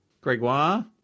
Gregoire